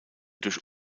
durch